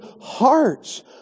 hearts